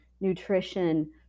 nutrition